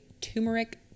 turmeric